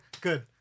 good